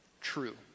true